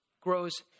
grows